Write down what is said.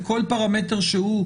בכל פרמטר שהוא,